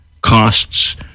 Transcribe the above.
costs